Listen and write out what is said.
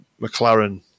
McLaren